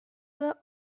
were